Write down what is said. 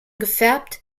gefärbt